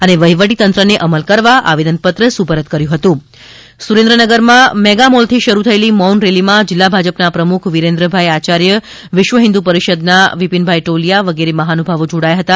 અને વહીવટીતંત્રને અમલ કરવા આવેદનપત્ર સુપરત કર્યું હતું સુરેન્દ્રનગરમાં મેગામોલથી શરૂ થયેલી મૌન રેલીમાં જિલ્લા ભાજપના પ્રમુખ વિરેન્દ્રભાઈ આચાર્ય વિશ્વ હિંન્દુ પરીષદના વિપિન ભાઈ ટોલીયા વગેરે મહાનુભાવો જોડાયા હતા